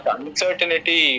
uncertainty